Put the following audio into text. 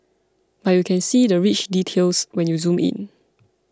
but you can see the rich details when you zoom in